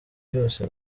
byose